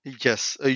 Yes